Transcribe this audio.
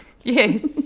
yes